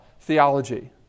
theology